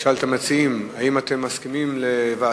נשאל את המציעים: האם אתם מסכימים לוועדה?